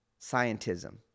scientism